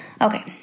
Okay